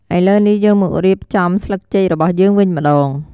ឥឡូវនេះ យើងមករៀបចំស្លឹកចេករបស់យើងវិញម្ដង។